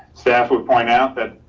staff would point out that